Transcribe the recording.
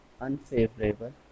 unfavorable